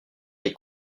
les